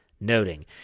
noting